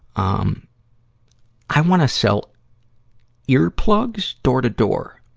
um i wanna sell earplugs door-to-door